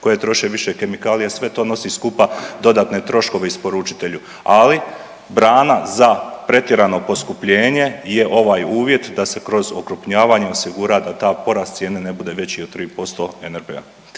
koje troše više kemikalija, sve to nisi skupa dodatne troškove isporučitelju, ali brana za pretjerano poskupljenje je ovaj uvjet da se kroz okrupnjavanje osigura da ta porast cijene ne bude veći od 3% NEB-a.